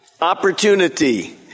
Opportunity